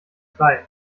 reif